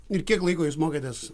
ir kiek laiko jūs mokėtės